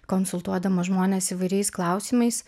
konsultuodama žmones įvairiais klausimais